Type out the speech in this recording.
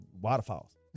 Waterfalls